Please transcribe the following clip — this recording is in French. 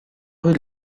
rue